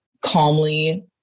calmly